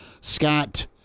Scott